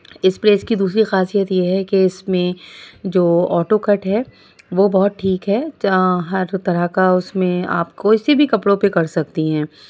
اس press کی دوسری خاصیت یہ ہے کہ اس میں جو آٹو کٹ ہے وہ بہت ٹھیک ہے جہاں ہر طرح کا اس میں آپ کوئی سے بھی کپڑوں پہ کر سکتی ہیں